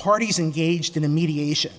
parties engaged in the mediation